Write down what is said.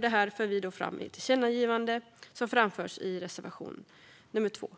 Detta för vi fram i ett tillkännagivande som framförs i reservation nummer 2.